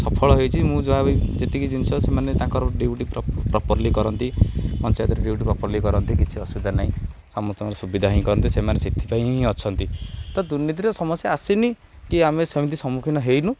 ସଫଳ ହେଇଛି ମୁଁ ଯାହା ବି ଯେତିକି ଜିନିଷ ସେମାନେ ତାଙ୍କର ଡ୍ୟୁଟି ପ୍ରପ ପ୍ରପର୍ଲି କରନ୍ତି ପଞ୍ଚାୟତରେ ଡ୍ୟୁଟି ପ୍ରପର୍ଲି କରନ୍ତି କିଛି ଅସୁବିଧା ନାହିଁ ସମସ୍ତଙ୍କର ସୁବିଧା ହିଁ କରନ୍ତି ସେମାନେ ସେଥିପାଇଁ ହିଁ ଅଛନ୍ତି ତ ଦୁର୍ନୀତିରେ ସମସ୍ତେ ଆସିନି କି ଆମେ ସେମିତି ସମ୍ମୁଖୀନ ହେଇନୁ